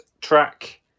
track